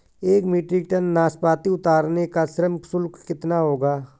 एक metric ton नाशपाती उतारने का श्रम शुल्क कितना होगा?